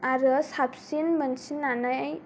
आरो साबसिन मोनसिननानै